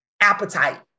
appetite